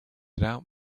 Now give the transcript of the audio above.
out